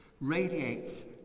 radiates